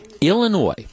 Illinois